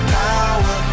power